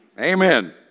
Amen